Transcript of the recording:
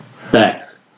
Thanks